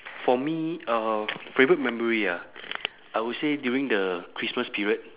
for me uh favourite memory ah I would say during the christmas period